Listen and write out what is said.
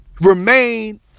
remain